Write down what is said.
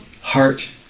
heart